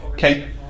Okay